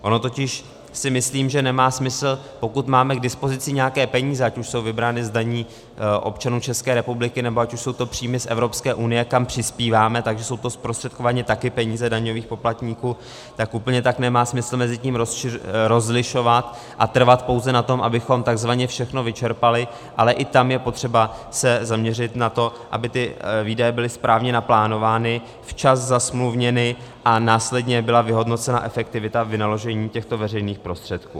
Ono totiž si myslím, že nemá smysl, pokud máme k dispozici nějaké peníze, ať už jsou vybrány z daní občanů České republiky, nebo ať už jsou to příjmy z Evropské unie, kam přispíváme, takže jsou to zprostředkovaně taky peníze daňových poplatníků, tak úplně tak nemá smysl mezi tím rozlišovat a trvat pouze na tom, abychom takzvaně všechno vyčerpali, ale i tam je potřeba se zaměřit na to, aby ty výdaje byly správně naplánovány, včas zasmluvněny a následně byla vyhodnocena efektivita vynaložení těchto veřejných prostředků.